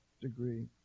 degree